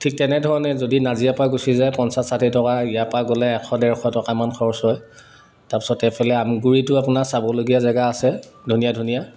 ঠিক তেনেধৰণে যদি নাজিৰা পা গুচি যায় পঞ্চাছ ষাঠি টকা ইয়াৰ পৰা গ'লে এশ ডেৰশ টকামান খৰচ হয় তাৰপিছত এইফালে আমগুৰিটো আপোনাৰ চাবলগীয়া জেগা আছে ধুনীয়া ধুনীয়া